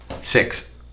Six